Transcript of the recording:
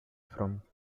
from